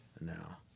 Now